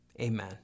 amen